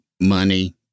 money